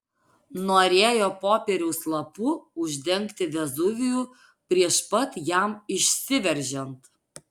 norėjo popieriaus lapu uždengti vezuvijų prieš pat jam išsiveržiant